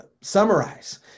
summarize